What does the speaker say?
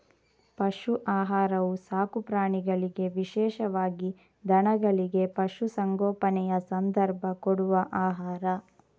ಪಶು ಆಹಾರವು ಸಾಕು ಪ್ರಾಣಿಗಳಿಗೆ ವಿಶೇಷವಾಗಿ ದನಗಳಿಗೆ, ಪಶು ಸಂಗೋಪನೆಯ ಸಂದರ್ಭ ಕೊಡುವ ಆಹಾರ